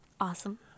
Awesome